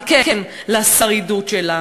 וכן לשרידות שלה.